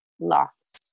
lost